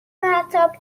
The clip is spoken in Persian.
پرتاب